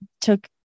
took